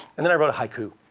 and then i wrote a haiku,